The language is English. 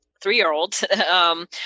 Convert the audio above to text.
three-year-old